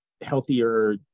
healthier